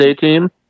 team